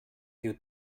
due